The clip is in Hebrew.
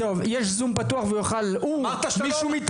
טוב יש זום פתוח והוא יכל, הוא או מישהו מטעמו.